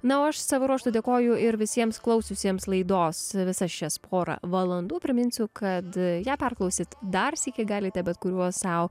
na o aš savo ruožtu dėkoju ir visiems klausiusiems laidos visas šias porą valandų priminsiu kad ją perklausyt dar sykį galite bet kuriuo sau